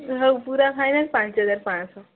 ହଉ ପୁରା ଫାଇନାଲ୍ ପାଞ୍ଚ ହଜାର ପାଁ'ଶହ